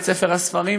את ספר הספרים,